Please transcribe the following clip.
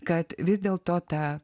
kad vis dėl to ta